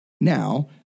Now